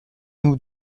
nous